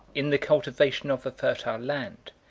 in the cultivation of a fertile land,